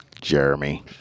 jeremy